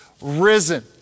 risen